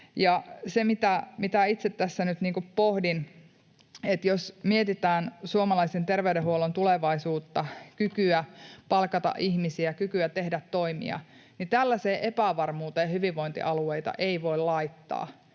Se, mitä itse tässä nyt pohdin, on se, että jos mietitään suomalaisen terveydenhuollon tulevaisuutta, kykyä palkata ihmisiä, kykyä tehdä toimia, niin tällaiseen epävarmuuteen hyvinvointialueita ei voi laittaa,